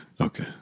Okay